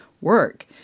work